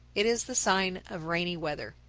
it is the sign of rainy weather.